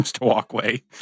Walkway